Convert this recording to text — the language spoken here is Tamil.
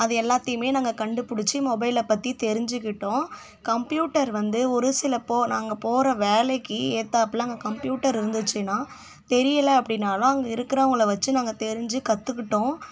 அது எல்லாத்தையும் நாங்கள் கண்டுப்பிடிச்சி மொபைலை பற்றி தெரிஞ்சுக்கிட்டோம் கம்ப்யூட்டர் வந்து ஒரு சில நாங்கள் போகிற வேலைக்கு ஏற்றாப்புல அங்கே கம்ப்யூட்டர் இருந்துச்சுன்னா தெரியலை அப்படினாலும் அங்கே இருக்கிறவங்கள வச்சு நாங்கள் தெரிஞ்சு கற்றுக்கிட்டோம்